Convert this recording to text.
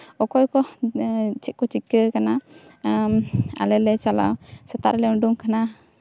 ᱚᱠᱚᱭ ᱠᱚ ᱪᱮᱫ ᱠᱚ ᱪᱤᱠᱟᱹᱣ ᱠᱟᱱᱟ ᱟᱞᱮ ᱞᱮ ᱪᱟᱞᱟᱜᱼᱟ ᱥᱮᱛᱟᱜ ᱨᱮᱞᱮ ᱩᱰᱩᱝ ᱠᱟᱱᱟ